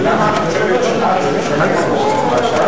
למה את חושבת שאת,